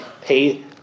pay